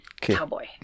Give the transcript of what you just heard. Cowboy